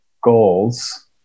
goals